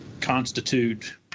constitute—